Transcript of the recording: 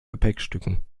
gepäckstücken